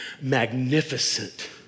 magnificent